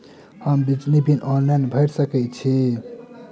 हम बिजली bill online भैर सकै छी?